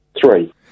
three